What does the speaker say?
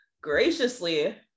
graciously